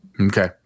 Okay